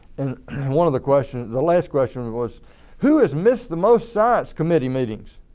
and one of the question the last question was who has missed the most science committee meetings?